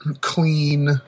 clean